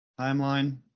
timeline